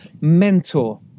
mentor